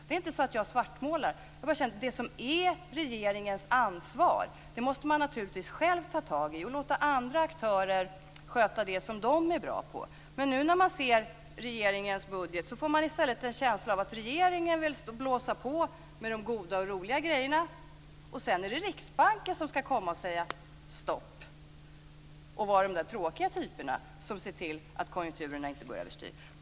Det är inte så att jag svartmålar, men regeringen måste naturligtvis ta tag i det som är dess ansvar och låta andra aktörer sköta det som de är bra på. När man nu ser regeringens budget får man i stället en känsla av att regeringen vill blåsa på med de goda och roliga grejerna, och sedan är det Riksbanken som ska komma och säga stopp och vara de tråkiga typerna som ser till att konjunkturerna inte går över styr.